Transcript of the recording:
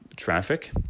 traffic